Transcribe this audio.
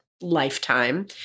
lifetime